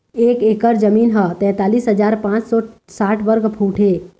एक एकर जमीन ह तैंतालिस हजार पांच सौ साठ वर्ग फुट हे